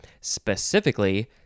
Specifically